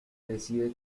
decide